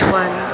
one